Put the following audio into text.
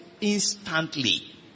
instantly